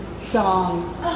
song